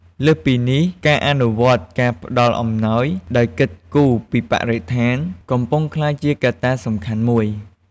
លើសពីនេះ ការអនុវត្តការផ្តល់អំណោយដោយគិតគូរពី បរិស្ថាន កំពុងក្លាយជាកត្តាសំខាន់មួយ។